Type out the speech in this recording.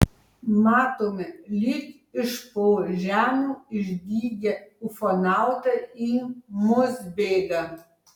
matome lyg iš po žemių išdygę ufonautai į mus bėga